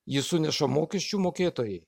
jį suneša mokesčių mokėtojai